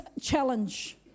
challenge